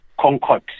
Concord